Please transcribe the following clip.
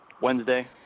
Wednesday